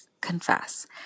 confess